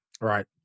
Right